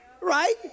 Right